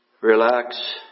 relax